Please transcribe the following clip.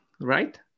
right